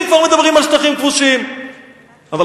אבל,